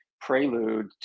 prelude